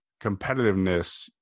competitiveness